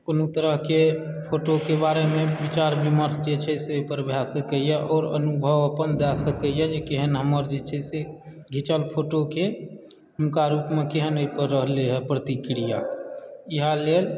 कोनो तरहके फोटो के बारेमे विचार विमर्श जे छै से ओइपर भए सकैए और अनुभव अपन दए सकैए जे केहन हमर जे छै से घिचल फोटो के हुनका रूपमे केहन ओइपर रहलै हँ प्रतिक्रिया इएहा लेल